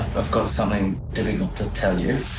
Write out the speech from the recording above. i've got something difficult to tell you.